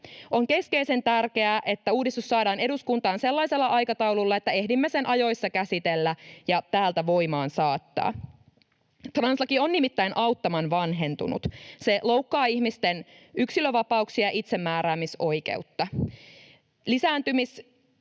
On keskeisen tärkeää, että uudistus saadaan eduskuntaan sellaisella aikataululla, että ehdimme sen ajoissa käsitellä ja täältä voimaan saattaa. Translaki on nimittäin auttamattoman vanhentunut. Se loukkaa ihmisten yksilönvapauksia ja itsemääräämisoikeutta. Lisääntymiskyvyttömyydestä